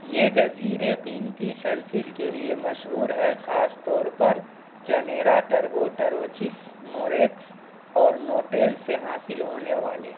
یہ جزیرے قیمتی شیلفش کے لیے مشہور ہے خاص طور پر جنیرا ٹربو ٹروچس موریکس اور نوٹیلس سے حاصل ہونے والے